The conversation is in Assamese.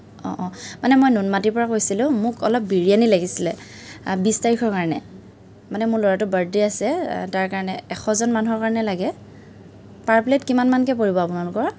অঁ অঁ মানে মই নুনমাটিৰপৰা কৈছিলোঁ মোক অলপ বিৰিয়ানী লাগিছিলে বিশ তাৰিখৰ কাৰণে মানে মোৰ ল'ৰাটোৰ বাৰ্থডে আছে তাৰ কাৰণে এশজন মানুহৰ কাৰণে লাগে পাৰ প্লেট কিমান মানকৈ পৰিব আপোনালোকৰ